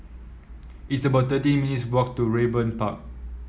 it's about thirteen minutes' walk to Raeburn Park